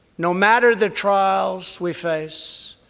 no matter the trials we face,